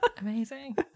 amazing